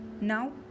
Now